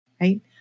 right